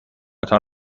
تان